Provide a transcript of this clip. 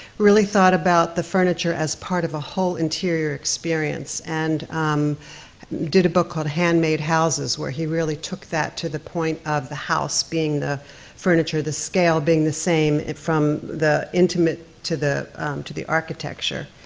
really thought about the furniture as part of a whole interior experience, and did a book called handmade houses, where he really took that to the point of the house, being the furniture, the scale, the same from the intimate to the to the architecture.